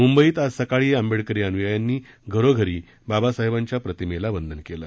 मुंबईत आज सकाळी आंबेडकरी अनुयायांनी घरोघरी बाबासाहेबांच्या प्रतिमेला वंदन केलं